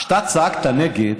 כשאתה צעקת "נגד",